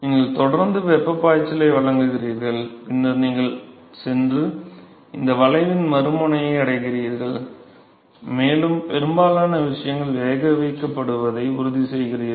நீங்கள் தொடர்ந்து வெப்பப் பாய்ச்சலை வழங்குகிறீர்கள் பின்னர் நீங்கள் சென்று இந்த வளைவின் மறுமுனையை அடைகிறீர்கள் மேலும் பெரும்பாலான விஷயங்கள் கொதிக்கவைக்கப்படுவதை உறுதிசெய்கிறீர்கள்